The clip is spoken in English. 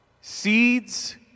Seeds